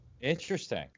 Interesting